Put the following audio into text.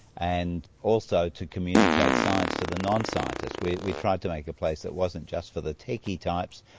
and also to communicate science to the non-scientists. we we tried to make a place that wasn't just for the techy types,